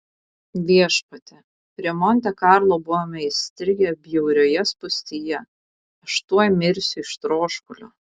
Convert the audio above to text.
viešpatie prie monte karlo buvome įstrigę bjaurioje spūstyje aš tuoj mirsiu iš troškulio